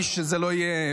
מי שזה לא יהיה,